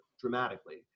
dramatically